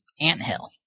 anthill